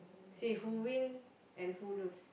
see who win and who lose